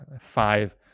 five